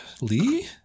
Lee